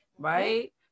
Right